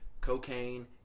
cocaine